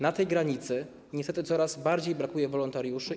Na tej granicy niestety coraz bardziej brakuje wolontariuszy.